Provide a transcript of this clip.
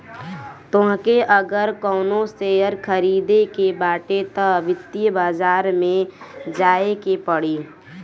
तोहके अगर कवनो शेयर खरीदे के बाटे तअ वित्तीय बाजार में जाए के पड़ी